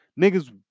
niggas